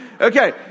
Okay